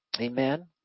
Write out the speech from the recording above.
Amen